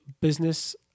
business